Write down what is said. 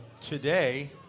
today